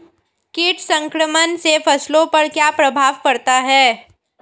कीट संक्रमण से फसलों पर क्या प्रभाव पड़ता है?